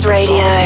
Radio